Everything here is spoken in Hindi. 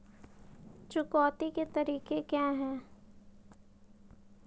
चुकौती के तरीके क्या हैं?